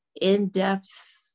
in-depth